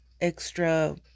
extra